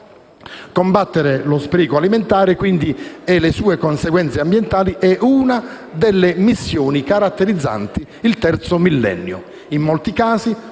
Combattere lo spreco alimentare e le sue conseguenze ambientali è una delle missioni caratterizzanti il terzo millennio. In molti casi,